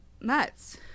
nuts